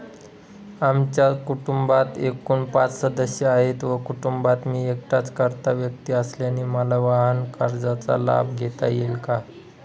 आमच्या कुटुंबात एकूण पाच सदस्य आहेत व कुटुंबात मी एकटाच कर्ता व्यक्ती असल्याने मला वाहनकर्जाचा लाभ घेता येईल का?